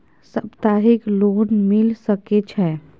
सप्ताहिक लोन मिल सके छै?